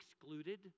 excluded